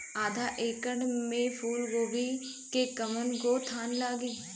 आधा एकड़ में फूलगोभी के कव गो थान लागी?